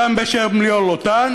אדם בשם ליאור לוטן,